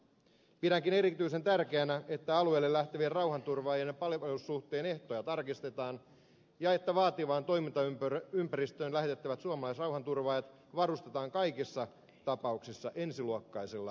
pidänkin erityisen tärkeänä että alueelle lähtevien rauhanturvaajien palvelussuhteen ehtoja tarkistetaan ja että vaativaan toimintaympäristöön lähetettävät suomalaisrauhanturvaajat varustetaan kaikissa tapauksissa ensiluokkaisella välineistöllä